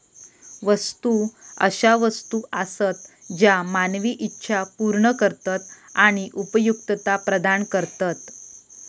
वस्तू अशा वस्तू आसत ज्या मानवी इच्छा पूर्ण करतत आणि उपयुक्तता प्रदान करतत